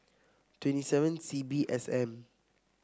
twenty seven C B S M